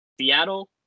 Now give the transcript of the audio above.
Seattle